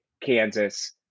kansas